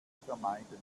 vermeiden